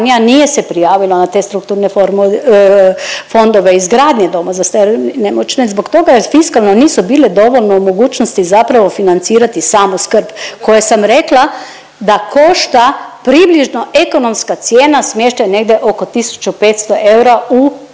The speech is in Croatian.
nije se prijavilo na te strukturne fondove izgradnje doma za starije i nemoćne zbog toga jer fiskalno nisu bile dovoljno u mogućnosti zapravo financirati samu skrb koje sam rekla da košta približno ekonomska cijena smještaj negdje oko 1500 eura u